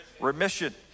remission